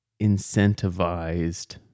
incentivized